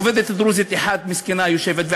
עובדת דרוזית אחת מסכנה יושבת,